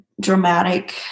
dramatic